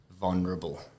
vulnerable